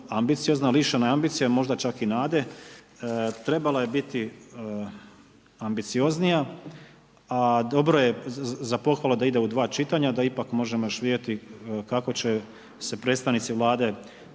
ambiciozna, lišena je ambicije, a možda čak i nade, trebala je biti ambicioznija, a dobro je za pohvalu da ide u dva čitanja, da ipak možemo još vidjeti kako će se predstavnici vlade